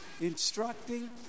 instructing